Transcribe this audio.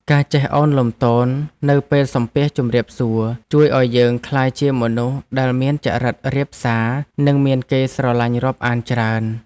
ការចេះឱនលំទោននៅពេលសំពះជម្រាបសួរជួយឱ្យយើងក្លាយជាមនុស្សដែលមានចរិតរាបសារនិងមានគេស្រឡាញ់រាប់អានច្រើន។